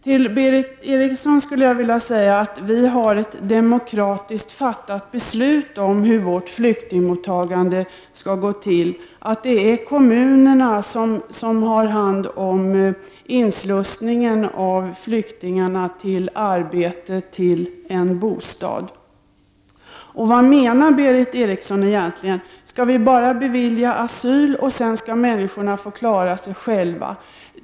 Till Berith Eriksson vill jag säga att vi har ett demokratiskt fattat beslut om hur vårt flyktingmottagande skall utformas. Det är kommunerna som har hand om inslussningen av flyktingarna till arbete och bostad. Vad menar Berith Eriksson egentligen? Skall vi bara bevilja asyl och sedan låta människorna få klara sig själva?